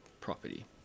property